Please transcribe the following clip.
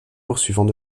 poursuivants